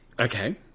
Okay